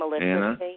Anna